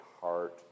heart